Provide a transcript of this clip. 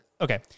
okay